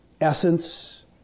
essence